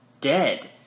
dead